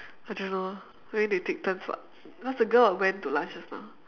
I don't know maybe they take turns [what] because the girl got went to lunch just now